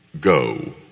go